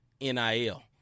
NIL